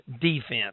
defense